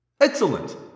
Excellent